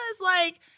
Like-